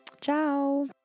Ciao